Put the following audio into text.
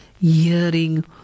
hearing